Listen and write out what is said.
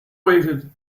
waited